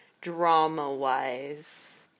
drama-wise